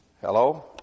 Hello